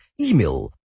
email